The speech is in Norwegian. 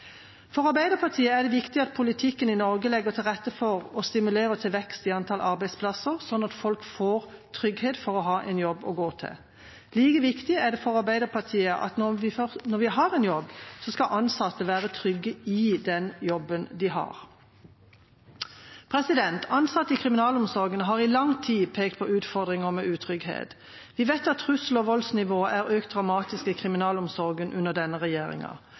For Arbeiderpartiet er det viktig at politikken i Norge legger til rette for og stimulerer til vekst i antall arbeidsplasser, slik at folk får trygghet for å ha en jobb å gå til. Like viktig er det for Arbeiderpartiet at når man har en jobb, skal de ansatte være trygge i den jobben de har. Ansatte i kriminalomsorgen har i lang tid pekt på utfordringer med utrygghet. Vi vet at trussel- og voldsnivået er økt dramatisk i kriminalomsorgen under denne regjeringa.